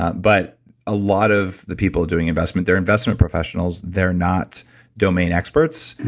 but a lot of the people doing investment, they're investment professionals. they're not domain experts,